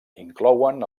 inclouen